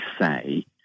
say